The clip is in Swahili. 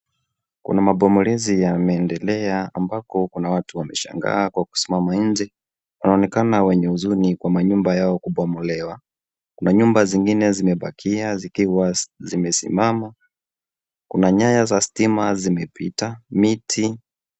Kuna mabomolezi yameendelea ambako kuna watu wameshangaa kwa kusimama nje. Wanaonekana wenye huzuni kwa manyumba yao kubomolewa. Kuna numba zingine zimebakiwa zikiwa zimesimama. Kuna nyaya za stima zimepita, miti.